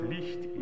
Licht